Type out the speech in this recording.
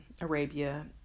Arabia